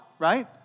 right